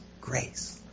grace